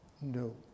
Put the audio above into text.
No